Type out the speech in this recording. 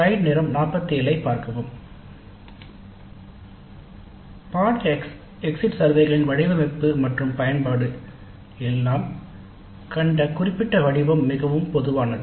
பாடநெறி எக்ஸிட் சர்வேகளின் வடிவமைப்பு மற்றும் பயன்பாடு இல் நாம் கண்ட குறிப்பிட்ட வடிவம் மிகவும் பொதுவானது